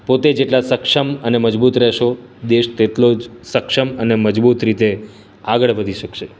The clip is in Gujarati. પોતે જેટલા સક્ષમ અને મજબૂત રહેશો દેશ તેટલો જ સક્ષમ અને મજબૂત રીતે આગળ વધી શકશે